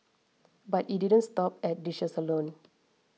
but it didn't stop at dishes alone